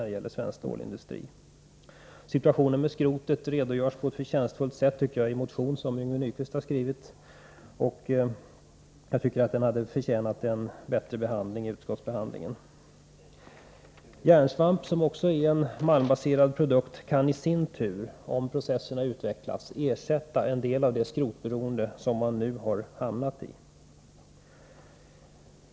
Situationen beträffande skrotet redogörs det för på ett förtjänstfullt sätt i den motion som Yngve Nyquist utvecklas, befria stålindustrin från en del av det skrotberoende som den nu har hamnat i.